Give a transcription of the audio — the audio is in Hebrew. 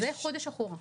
זה חודש אחורה.